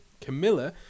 Camilla